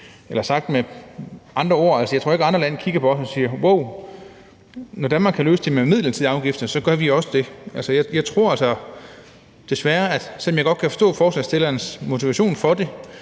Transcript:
Sagt med andre ord tror jeg ikke, at andre lande kigger på os og siger: Wow, når Danmark kan løse det med midlertidige afgifter, så gør vi det også. Men jeg kan godt forstå forslagsstillerens motivation for det,